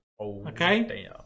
Okay